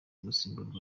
gusimburwa